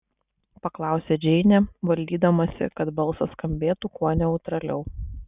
paklausė džeinė valdydamasi kad balsas skambėtų kuo neutraliau